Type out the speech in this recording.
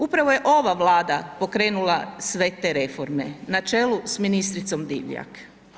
Upravo je ova Vlada pokrenula sve te reforme na čelu s ministricom Divjak.